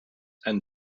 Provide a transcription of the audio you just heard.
and